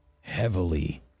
heavily